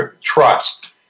trust